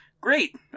Great